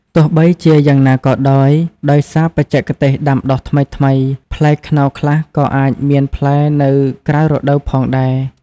ទោះបីជាយ៉ាងណាក៏ដោយ ដោយសារបច្ចេកទេសដាំដុះថ្មីៗ ផ្លែខ្នុរខ្លះក៏អាចមានផ្លែនៅក្រៅរដូវផងដែរ។